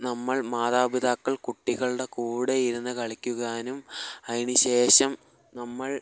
നമ്മൾ മാതാപിതാക്കൾ കുട്ടികളുടെ കൂടെ ഇരുന്ന് കളിക്കാനും അതിനുശേഷം നമ്മൾ